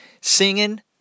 Singing